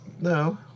No